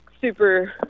super